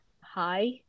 Hi